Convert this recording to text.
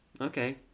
Okay